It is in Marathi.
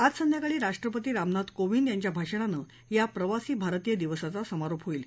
आज संध्याकाळी राष्ट्रपती रामनाथ कोविंद यांच्या भाषणानं या प्रवासी भारतीय दिवसाचा समारोप होईल